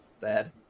Bad